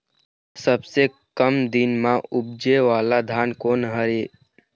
सबसे कम दिन म उपजे वाला धान कोन हर ये?